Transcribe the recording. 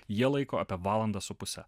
jie laiko apie valandą su puse